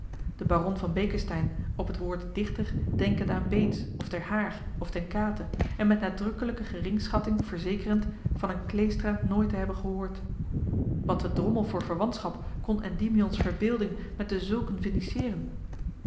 de baron van beeckesteyn op het woord dichter denkend aan beets of ter haar of ten kate en met nadrukkelijke geringschatting verzekerend van een kleestra nooit te hebben gehoord wat te drommel voor verwantschap kon endymion's verbeelding met dezulken